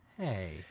Hey